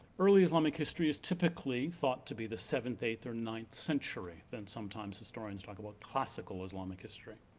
early islamic history is typically thought to be the seventh, eighth, or ninth century, then sometimes historians talk about classical islamic history.